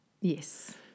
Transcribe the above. Yes